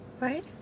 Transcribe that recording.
Right